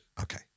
Okay